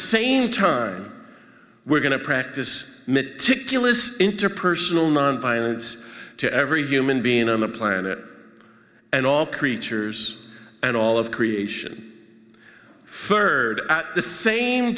same time we're going to practice to kill is interpersonal nonviolence to every human being on the planet and all creatures and all of creation furred at the same